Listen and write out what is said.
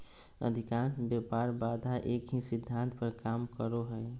अधिकांश व्यापार बाधा एक ही सिद्धांत पर काम करो हइ